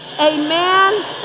amen